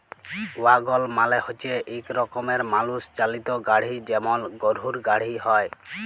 ওয়াগল মালে হচ্যে ইক রকমের মালুষ চালিত গাড়হি যেমল গরহুর গাড়হি হয়